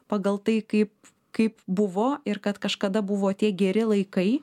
pagal tai kaip kaip buvo ir kad kažkada buvo tie geri laikai